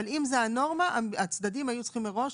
אבל אם זה הנורמה, הצדדים היו צריכים מראש